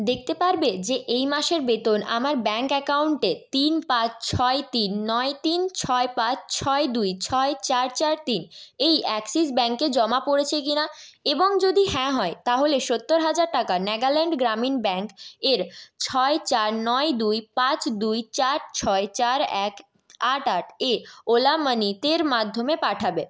দেখতে পারবে যে এই মাসের বেতন আমার ব্যাঙ্ক অ্যাকাউন্টে তিন পাঁচ ছয় তিন নয় তিন ছয় পাঁচ ছয় দুই ছয় চার চার তিন এই অ্যাক্সিস ব্যাঙ্কে জমা পড়েছে কি না এবং যদি হ্যাঁ হয় তাহলে সত্তর হাজার টাকা নাগাল্যান্ড গ্রামীণ ব্যাঙ্ক এর ছয় চার নয় দুই পাঁচ দুই চার ছয় চার এক আট আট এ ওলা মানিতের মাধ্যমে পাঠাবে